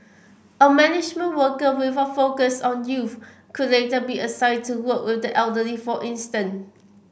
a management worker with a focus on youth could later be assigned to work with the elderly for instance